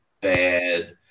bad